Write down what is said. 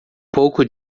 pouco